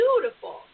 beautiful